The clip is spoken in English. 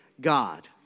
God